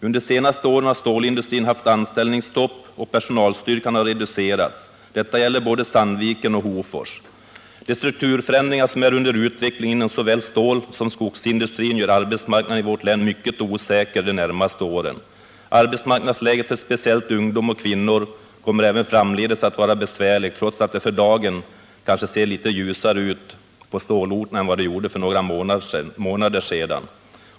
Under de senaste åren har stålindustrin haft anställningsstopp, och personalstyrkan har reducerats. Detta gäller både Sandviken och Hofors. De strukturförändringar som är under utveckling inom såväl stålsom skogsindustrin gör arbetsmarknaden i vårt län mycket osäker de närmaste åren. Arbetsmarknadsläget speciellt för ungdom och kvinnor kommer även framdeles att vara besvärligt, även om det för dagen ser litet ljusare ut på våra stålorter än vad det gjorde för några månader sedan.